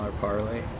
parlay